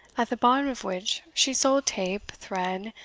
at the bottom of which she sold tape, thread,